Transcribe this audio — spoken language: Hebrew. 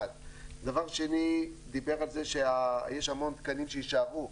דבר שני, הוא דיבר על כך שיש המון תקנים שיישארו.